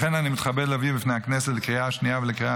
לכן אני מתכבד להביא בפני הכנסת לקריאה השנייה ולקריאה